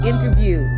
interview